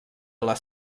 les